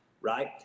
right